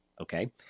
okay